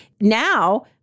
now